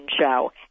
show